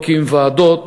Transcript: הקים ועדות,